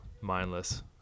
mindless